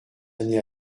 année